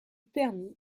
permit